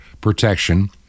protection